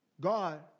God